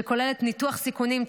שכוללת ניתוח סיכונים,